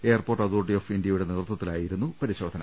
airport authority of ഇന്ത്യയുടെ നേതൃത്വത്തിലായിരുന്നു പരിശോധന